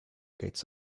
gates